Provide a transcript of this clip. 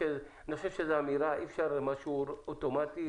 אני חושב שאי אפשר משהו אוטומטי,